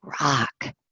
rock